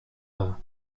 her